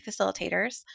facilitators